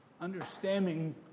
understanding